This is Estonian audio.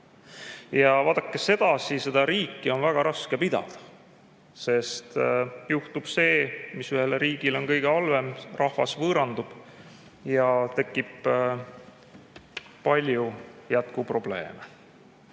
Vaadake, sedasi on riiki väga raske pidada, sest juhtub see, mis ühele riigile on kõige halvem: rahvas võõrandub ja tekib palju jätkuprobleeme.